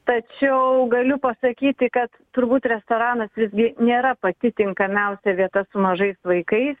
tačiau galiu pasakyti kad turbūt restoranas visgi nėra pati tinkamiausia vieta su mažais vaikais